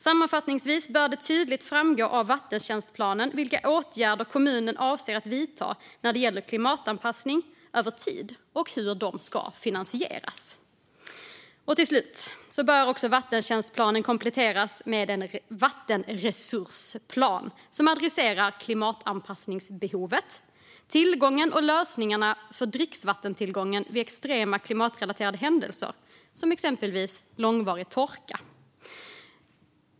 Sammanfattningsvis bör det tydligt framgå av vattentjänstplanen vilka åtgärder kommunen avser att vidta när det gäller klimatanpassning över tid och hur de ska finansieras. Vidare bör vattentjänstplanen kompletteras med en vattenresursplan som adresserar klimatanpassningsbehov, tillgångar och lösningar för dricksvattentillgång vid extrema klimatrelaterade händelser, som exempelvis långvarig torka.